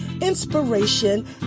inspiration